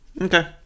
okay